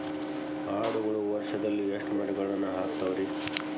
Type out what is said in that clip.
ಆಡುಗಳು ವರುಷದಲ್ಲಿ ಎಷ್ಟು ಮರಿಗಳನ್ನು ಹಾಕ್ತಾವ ರೇ?